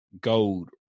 gold